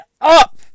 up